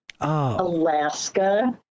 Alaska